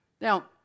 Now